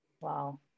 Wow